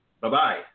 Bye-bye